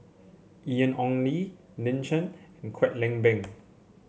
Ian Ong Li Lin Chen Kwek Leng Beng